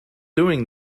doing